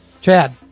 Chad